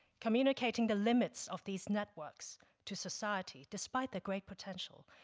communicating the limits of these networks to society, despite their great potential,